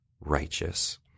righteous